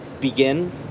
begin